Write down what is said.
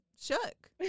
shook